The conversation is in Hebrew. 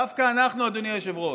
דווקא אנחנו, אדוני היושב-ראש,